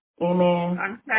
Amen